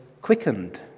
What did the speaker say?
quickened